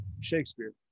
shakespeare